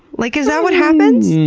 like, is that what happens?